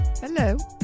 Hello